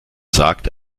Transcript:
sagt